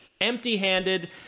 empty-handed